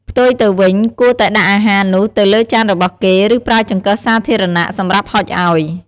ផ្ទុយទៅវិញ គួរតែដាក់អាហារនោះទៅលើចានរបស់គេ ឬប្រើចង្កឹះសាធារណៈ សម្រាប់ហុចឱ្យ។